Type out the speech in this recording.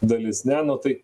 dalis ne nu tai